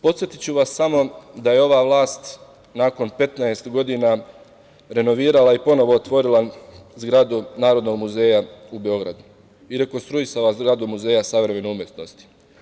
Podsetiću vas samo da je ova vlast nakon 15 godina renovirala i ponovo otvorila zgradu Narodnog muzeja u Beogradu i rekonstruisala zgradu Muzeja savremene umetnosti.